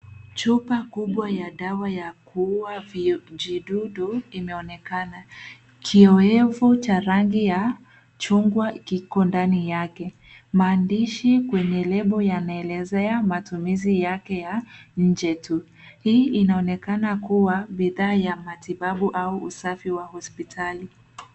Chupa kubwa ya dawa ya kuua vijidudu imeonekana. Kiowevu cha rangi ya chungwa kiko ndani yake. Maandishi kwenye lebo yanaelezea matumizi yake ya nje tu. Hii inaonekana kuwa bidhaa ya matibabu au usafi wa hosipitali..